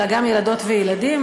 אלא גם ילדים וילדות,